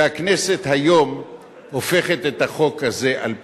והכנסת היום הופכת את החוק הזה על פיו.